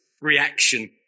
reaction